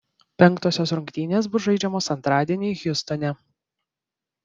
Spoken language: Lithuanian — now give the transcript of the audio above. penktosios rungtynės bus žaidžiamos antradienį hjustone